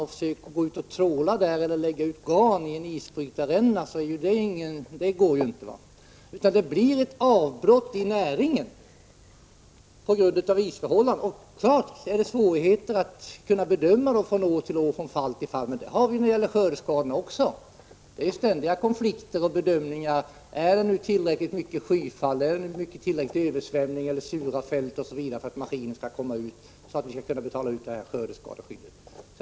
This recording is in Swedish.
Att försöka tråla där eller lägga ut ett garn i isbrytarrännan går helt enkelt inte. Det blir alltså ett avbrott i näringen på grund av isförhållandena. Självfallet finns det svårigheter att bedöma från år till år och från fall till fall om ersättning skall utgå. Men sådana svårigheter finns också när det gäller skördeskadorna. Det är ständiga konflikter och olika bedömningar av om det varit tillräckligt med skyfall, översvämningar och sura fält, så att maskinerna inte kunnat gå ut och man skall betala ut skördeskadeskydd.